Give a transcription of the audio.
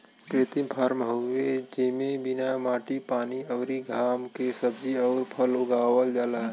कृत्रिम फॉर्म हवे जेमे बिना माटी पानी अउरी घाम के सब्जी अउर फल उगावल जाला